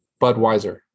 Budweiser